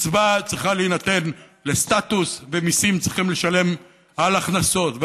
קצבה צריכה להינתן לסטטוס ומיסים צריכים לשלם על הכנסות,